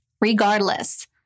Regardless